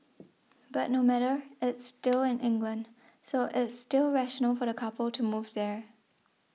but no matter it's still in England so it's still rational for the couple to move there